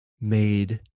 made